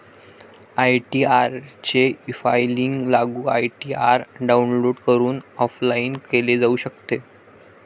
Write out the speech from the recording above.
ITR चे e filing लागू ITR download करून ऑफलाइन केले जाऊ शकते